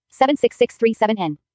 76637N